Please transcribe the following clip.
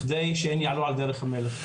בכדי שהן יעלו על דרך המלך.